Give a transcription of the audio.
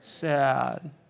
Sad